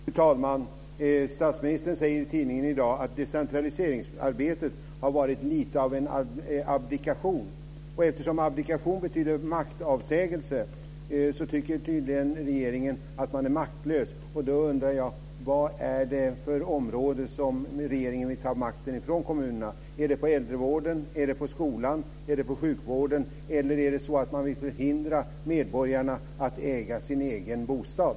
Fru talman! Statsministern säger i tidningen i dag att decentraliseringsarbetet har varit lite av en abdikation. Och eftersom abdikation betyder maktavsägelse tycker tydligen regeringen att man är maktlös. Då undrar jag på vilket område regeringen vill ta makten från kommunerna. Gäller det äldrevården, skolan eller sjukvården? Eller är det så att man vill förhindra medborgarna att äga sin egen bostad?